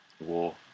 war